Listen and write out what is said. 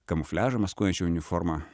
kamufliažą maskuojančią uniformą